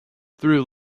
through